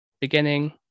beginning